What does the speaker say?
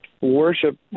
worship